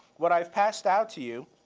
what i've passed out to you